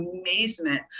amazement